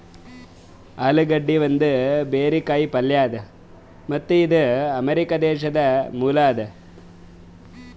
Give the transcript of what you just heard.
ಆಲೂಗಡ್ಡಿ ಒಂದ್ ಬೇರಿನ ಕಾಯಿ ಪಲ್ಯ ಅದಾ ಮತ್ತ್ ಇದು ಅಮೆರಿಕಾ ದೇಶದ್ ಮೂಲ ಅದಾ